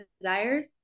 desires